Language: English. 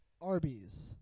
Arby's